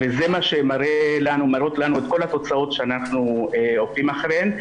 וזה מה שמראות לנו כל התוצאות שאנחנו עוקבים אחריהן.